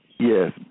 Yes